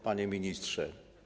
Panie Ministrze!